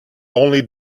only